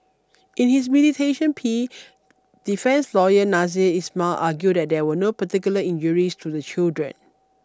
in his plea defence lawyer Nasser Ismail argued that there were no particular injuries to the children